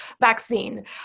vaccine